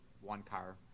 one-car